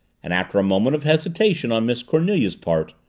and, after a moment of hesitation on miss cornelia's part,